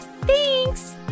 Thanks